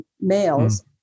males